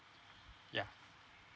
yup